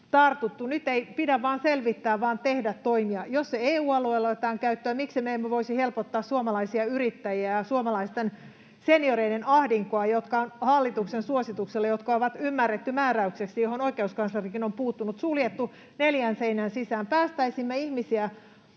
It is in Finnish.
tartuttu. Nyt ei pidä vain selvittää vaan tehdä toimia. Jos se EU-alueella otetaan käyttöön, miksi me emme voisi helpottaa suomalaisia yrittäjiä ja suomalaisten senioreiden ahdinkoa, jotka on hallituksen suosituksilla — jotka on ymmärretty määräyksiksi, mihin oikeuskanslerikin on puuttunut — suljettu neljän seinän sisään. Päästäisimme ihmisiä